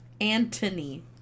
Anthony